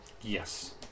Yes